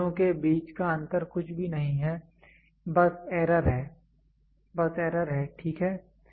इन दोनों के बीच का अंतर कुछ भी नहीं है बस एरर ठीक है